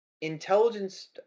intelligence